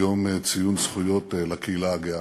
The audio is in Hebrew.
ביום ציון זכויות לקהילה הגאה.